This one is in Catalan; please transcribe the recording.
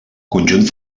conjunt